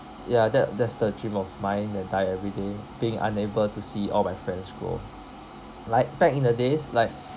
ya that that's the dream of mine that die every day being unable to see all my friends grow like back in the days like